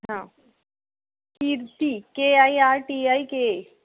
हाँ कीर्ति के I R T I के ए